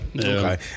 Okay